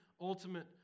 ultimate